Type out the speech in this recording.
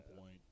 point